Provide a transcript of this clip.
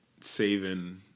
saving